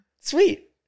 sweet